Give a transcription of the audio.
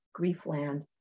Griefland